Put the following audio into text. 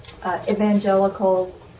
evangelical